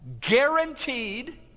guaranteed